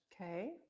Okay